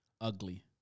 Ugly